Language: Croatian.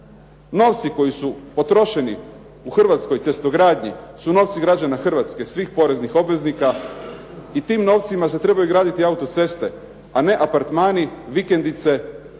Novci koji su potrošeni u Hrvatskoj cestogradnji su novci građana Hrvatske, svih poreznih obveznika a tim novcima se trebaju graditi autoceste, a ne apartmani, vikendice